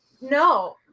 no